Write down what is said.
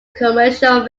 commercial